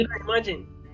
imagine